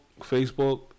Facebook